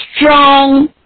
strong